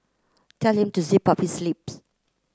tell him to zip up his lips